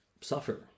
Suffer